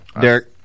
Derek